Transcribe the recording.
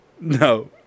No